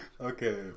Okay